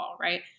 right